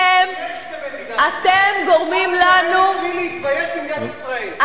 אתם גורמים לנו להתבייש במדינת ישראל.